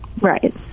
Right